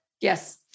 Yes